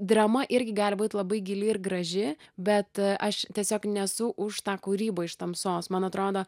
drama irgi gali būt labai gili ir graži bet aš tiesiog nesu už tą kūrybą iš tamsos man atrodo